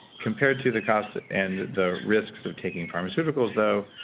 compared to the cost, and the risks, of taking pharmaceuticals, though,